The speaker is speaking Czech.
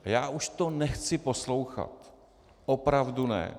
Já už to nechci poslouchat, opravdu ne.